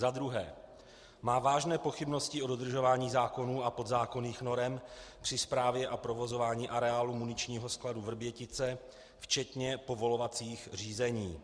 II. má vážné pochybnosti o dodržování zákonů a podzákonných norem při správě a provozování areálu muničního skladu Vrbětice včetně povolovacích řízení;